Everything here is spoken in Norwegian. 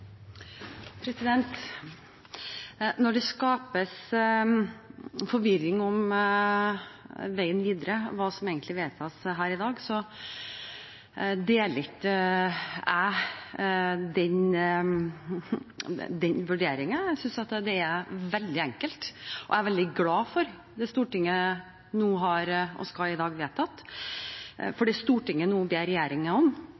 skapes forvirring om veien videre, hva som egentlig vedtas her i dag, deler ikke jeg den vurderingen. Jeg synes det er veldig enkelt, og jeg er veldig glad for det Stortinget i dag skal vedta. Det Stortinget nå ber regjeringen om – det gode og